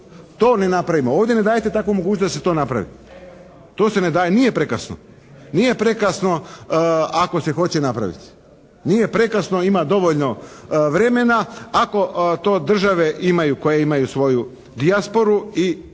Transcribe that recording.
to ne napravimo. Ovdje ne dajete takvu mogućnost da se to napravi. To se ne daje… …/Upadica se ne razumije./… Nije prekasno. Nije prekasno ako se hoće napraviti. Nije prekasno i ima dovoljno vremena ako to države imaju, koje imaju svoju dijasporu i